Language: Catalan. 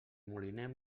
moliner